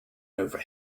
over